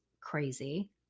crazy